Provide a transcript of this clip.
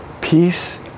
Peace